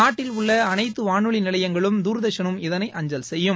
நாட்டில் உள்ள அனைத்து வானொலி நிலையங்களும் தூர்தர்ஷனும் இதளை அஞ்சல் செய்யும்